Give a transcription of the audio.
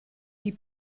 die